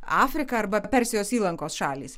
afrika arba persijos įlankos šalys